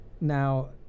Now